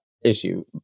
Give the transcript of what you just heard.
issue